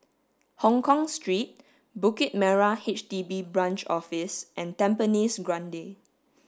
Hongkong Street Bukit Merah H D B Branch Office and Tampines Grande